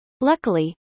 Luckily